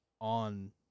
on